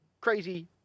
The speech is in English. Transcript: crazy